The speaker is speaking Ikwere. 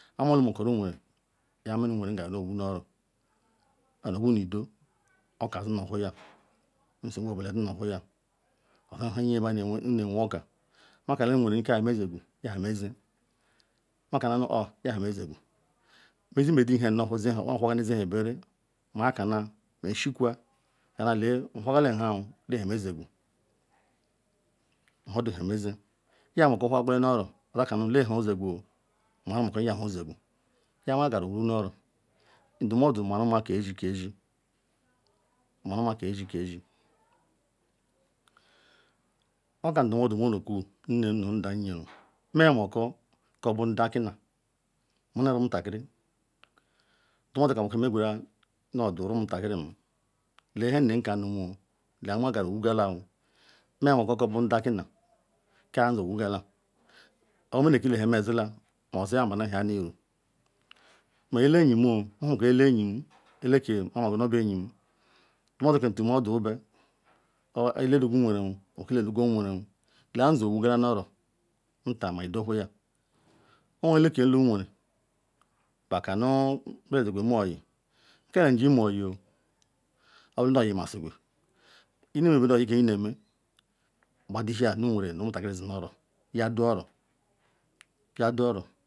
Kpo melumakoru nweren yekpo munu nwerem ga nu wojiri nu oro, oka zanuohuhia nu oro, anowo nu udo oka zanuohuhia, nsugbu obula zinu ohuhia nha bu nhe elebad njiri nemeoka mekana nweren nu ka buhamejigu yeha mejigu mehegubechiham nezi owoberere makana sukwa lee nwohorgala nhaoo lee hamejigu, nmaru mako nu nha be heojigu, yakpo agaru wonoro. Ndumuodu maru nmav kazi kazi marunma kezi kezi oka ndumudu mene okwu nnem nu ndam yerume ma mako nkobu ndah kita niuna omutakiri nqweru mako ndumuodu kam neye omutakiri lee ka bu nhe nnem nu ndah kanu muoo yekpo magaru uvogala kpa ma kobu ndah now ka ayawogala, orunu ekile nu hama zimala odi kpo ayabunu ewhianu uru ma ele-enyimuro omuke ele-enyim eleke memagu nu obu eleanyi ndumuodu ka nu odume ma ele-lugu nwerenoo ma ele-nlugu-nweren Lee aga owogala nu oro nta ma udu huhia oweru eleke nw nwere bakanu nu be ziguome oyi, kaji me oyioo oburu nu oyi masiguyi, Inemebedi oyikam ineme gbadihia nu nweren nu omutakiri zinu oro yadu oro. yadu oro